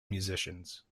musicians